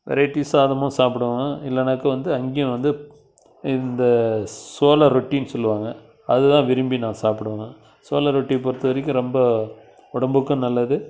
variety சாதமும் சாப்பிடுவேன் இல்லன்னாக்கா வந்து அங்கையும் வந்து இந்த சோழ ரொட்டின்னு சொல்லுவாங்க அது தான் விரும்பி நான் சாப்பிடுவேன் நான் சோழ ரொட்டி பொறுத்த வரைக்கும் ரொம்ப உடம்புக்கும் நல்லது